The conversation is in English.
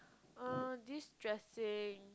uh this dressing